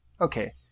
Okay